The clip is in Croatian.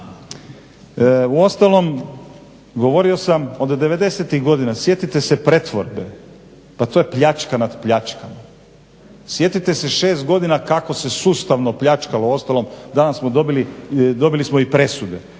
Uostalom govorio sam od devedesetih godina sjetite se pretvorbe, pa to je pljačka nad pljačkama, sjetite se 6 godina kako se sustavno pljačkalo. Uostalom danas smo dobili i presude.